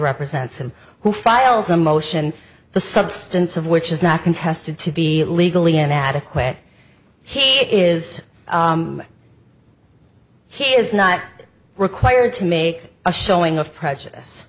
represents and who files a motion the substance of which is not contested to be legally inadequate here is he is not required to make a showing of prejudice